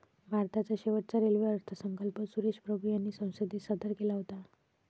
भारताचा शेवटचा रेल्वे अर्थसंकल्प सुरेश प्रभू यांनी संसदेत सादर केला होता